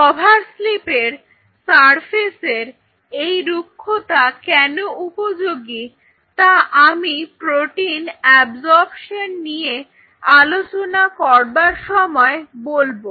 cover স্লিপের সারফেসের এই রুক্ষতা কেন উপযোগী তা আমি প্রোটিন অ্যাবসরপশন নিয়ে আলোচনা করবার সময় বলব